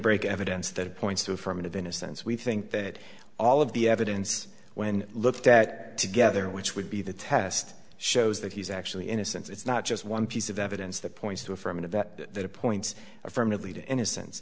break evidence that points to affirmative innocence we think that all of the evidence when looked at together which would be the test shows that he's actually innocent it's not just one piece of evidence that points to affirmative that point affirmatively to innocence